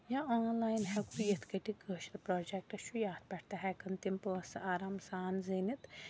یا آنلاین ہٮ۪کہٕ یِتھ کٲٹھۍ یہِ کٲشر پروجَکٹ چھُ یَتھ پٮ۪ٹھ تہِ ہٮ۪کن تِم پونٛسہٕ آرام سان زیٖنِتھ